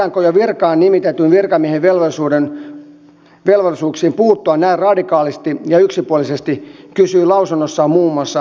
voidaanko jo virkaan nimitetyn virkamiehen velvollisuuksiin puuttua näin radikaalisti ja yksipuolisesti kysyy lausunnossaan muun muassa aliupseeriliitto